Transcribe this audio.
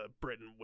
Britain